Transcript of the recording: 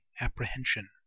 apprehension